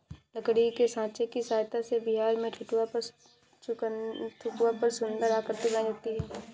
लकड़ी के साँचा की सहायता से बिहार में ठेकुआ पर सुन्दर आकृति बनाई जाती है